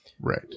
Right